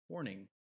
Warning